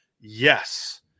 Yes